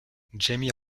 jamie